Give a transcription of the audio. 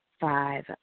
five